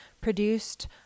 produced